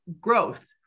growth